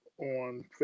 on